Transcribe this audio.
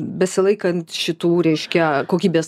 besilaikant šitų reiškia kokybės